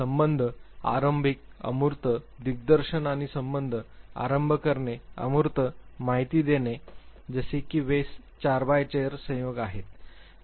संबद्ध आरंभिक अमूर्त दिग्दर्शन आणि संबद्ध आरंभ करणे अमूर्त माहिती देणे जसे की वेस 4 4 संयोग तेथे आहेत